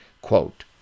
Quote